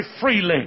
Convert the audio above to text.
freely